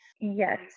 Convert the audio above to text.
Yes